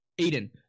Aiden